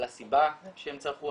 על הסיבה שהם צרכו,